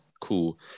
cool